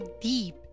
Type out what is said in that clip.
deep